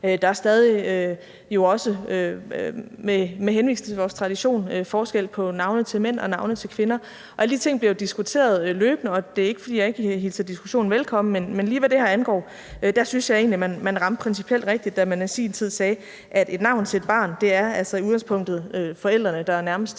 Der er jo stadig også med henvisning til vores tradition forskel på navne til mænd og navne til kvinder. Alle de ting bliver jo diskuteret løbende. Det er ikke, fordi jeg ikke hilser diskussionen velkommen, men lige hvad det her angår, synes jeg egentlig, at man ramte principielt rigtigt, da man i sin tid sagde, at med hensyn til et navn til et barn er det altså i udgangspunktet forældrene, der er nærmest til at